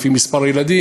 לפי מספר ילדים,